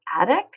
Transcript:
Attic